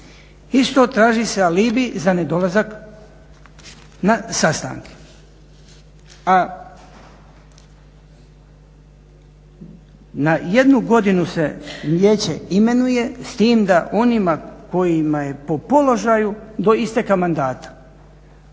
Isto traži se alibi za nedolazak na sastanke. A na jednu godinu se vijeće imenuje s tim da onima kojima je po položaju do isteka mandata.